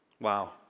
Wow